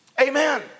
amen